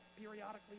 periodically